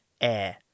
air